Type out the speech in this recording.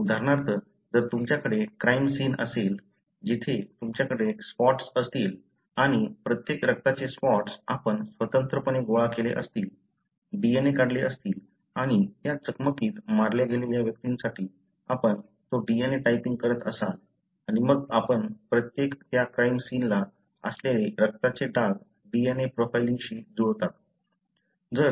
उदाहरणार्थ जर तुमच्याकडे क्राईम सीन असेल जिथे तुमच्याकडे स्पॉट्स असतील आणि प्रत्येक रक्ताचे स्पॉट्स आपण स्वतंत्रपणे गोळा केले असतील DNA काढले असतील आणि त्या चकमकीत मारल्या गेलेल्या व्यक्तीसाठी आपण तो DNA टायपिंग करत असाल आणि मग आपण प्रत्येक त्या क्राईम सीनला असलेले रक्ताचे डाग DNA प्रोफाइलिंगशी जुळतात